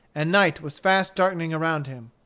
and night was fast darkening around him.